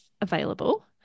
available